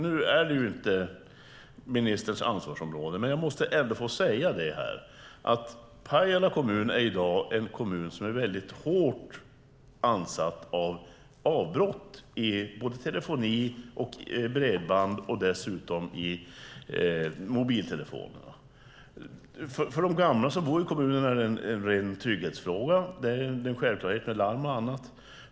Nu är det inte ministerns ansvarsområde. Men jag måste ändå få säga att Pajala i dag är en kommun som är väldigt hårt ansatt av avbrott i både telefoni och bredband och dessutom i mobiltelefonerna. För de gamla som bor i kommunen är det en ren trygghetsfråga. Det är en självklarhet med larm och annat.